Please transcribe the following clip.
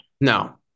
No